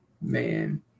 Man